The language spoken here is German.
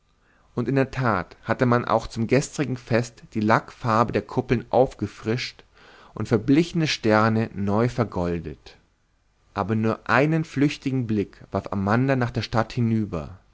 und in der tat hatte man auch zum gestrigen fest die lackfarbe der kuppeln aufgefrischt und verblichene sternchen neu vergoldet aber nur einen flüchtigen blick warf amanda nach der stadt hinüber